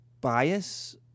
Bias